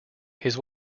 his